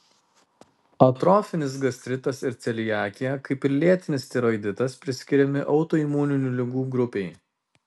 atrofinis gastritas ir celiakija kaip ir lėtinis tiroiditas priskiriami autoimuninių ligų grupei